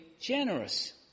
generous